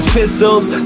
pistols